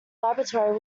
laboratory